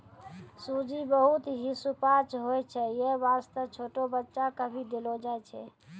सूजी बहुत हीं सुपाच्य होय छै यै वास्तॅ छोटो बच्चा क भी देलो जाय छै